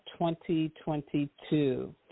2022